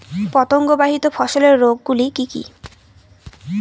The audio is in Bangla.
পতঙ্গবাহিত ফসলের রোগ গুলি কি কি?